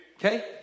Okay